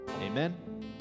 Amen